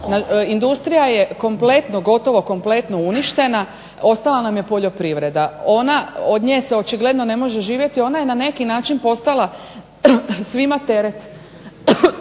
Industrija je kompletno, gotovo kompletno uništena, ostala nam je poljoprivreda. Ona, od nje se očigledno ne može živjeti. Ona je na neki način postala svima teret.